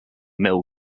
mill